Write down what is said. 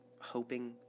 hoping